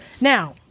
Now